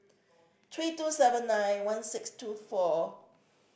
three two seven nine one six two four